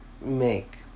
make